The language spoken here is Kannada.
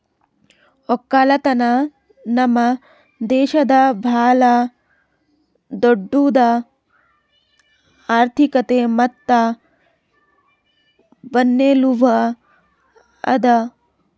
ಒಕ್ಕಲತನ ನಮ್ ದೇಶದ್ ಭಾಳ ದೊಡ್ಡುದ್ ಆರ್ಥಿಕತೆ ಮತ್ತ ಬೆನ್ನೆಲುಬು ಅದಾ